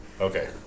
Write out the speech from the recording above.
Okay